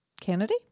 Kennedy